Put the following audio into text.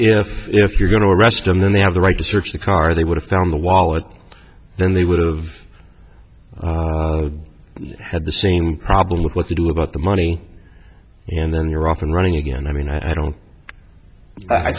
if if you're going to arrest them then they have the right to search the car they would have found the wallet then they would've had the same problem look what you do about the money and then you're off and running again i mean i don't i